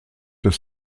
des